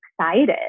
excited